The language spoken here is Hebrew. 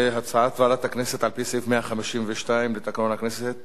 הצעת ועדת הכנסת על-פי סעיף 152 לתקנון הכנסת